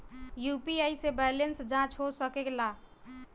UPI से balance जाँच हो सके ला?